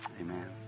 amen